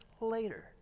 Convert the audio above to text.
later